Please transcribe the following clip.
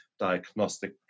diagnostic